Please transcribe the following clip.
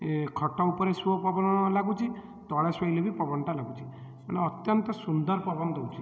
ଏ ଖଟ ଉପରେ ଶୁଅ ପବନ ଲାଗୁଛି ତଳେ ଶୋଇଲେ ବି ପବନଟା ଲାଗୁଛି ଏଣୁ ଅତ୍ୟନ୍ତ ସୁନ୍ଦର ପବନ ଦେଉଛି